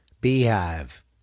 beehive